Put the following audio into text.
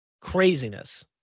Craziness